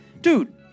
dude